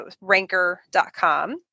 Ranker.com